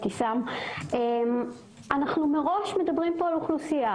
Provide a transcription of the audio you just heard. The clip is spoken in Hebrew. אנו מראש מדברים פה על אוכלוסייה